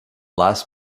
last